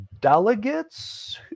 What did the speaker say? delegates